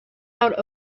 out